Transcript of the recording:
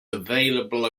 available